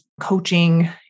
coaching